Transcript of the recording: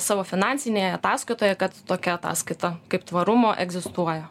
savo finansinėje ataskaitoje kad tokia ataskaita kaip tvarumo egzistuoja